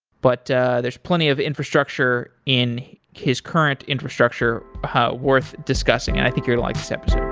but there is plenty of infrastructure in his current infrastructure worth discussing and i think you'll like this episode